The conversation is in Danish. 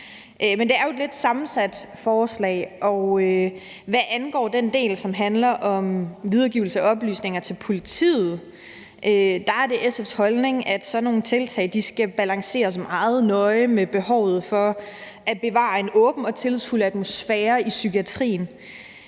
Men det er jo et lidt sammensat forslag, og hvad angår den del, som handler om videregivelse af oplysninger til politiet, er det SF's holdning, at sådan nogle tiltag skal balanceres meget nøje i forhold til behovet for at bevare en åben og tillidsfuld atmosfære i psykiatrien.